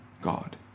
God